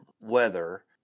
weather